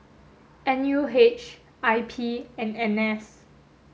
N U H I P and N S